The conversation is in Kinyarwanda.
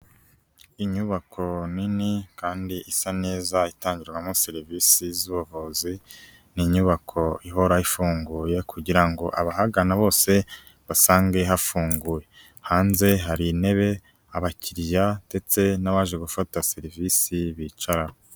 Inyubako nini kandi isa neza itangirwamo serivisi z'ubuvuzi, ni inyubako ihora ifunguye kugira ngo abahagana bose basange hafunguye, hanze hari intebe abakiriya ndetse n'abaje gufata serivisi bicaraho.